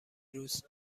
روز